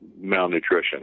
malnutrition